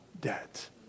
debt